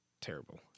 terrible